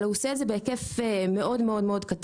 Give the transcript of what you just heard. אבל הוא עושה את זה בהיקף מאוד מאוד קטן.